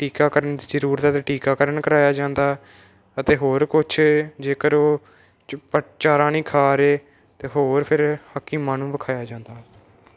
ਟੀਕਾਕਰਨ ਜ਼ਰੂਰਤ ਤਾਂ ਟੀਕਾਕਰਨ ਕਰਾਇਆ ਜਾਂਦਾ ਅਤੇ ਹੋਰ ਕੁਛ ਜੇਕਰ ਉਹ ਚਾਰਾ ਨਹੀਂ ਖਾ ਰਹੇ ਅਤੇ ਹੋਰ ਫਿਰ ਹਕੀਮਾਂ ਨੂੰ ਵਿਖਾਇਆ ਜਾਂਦਾ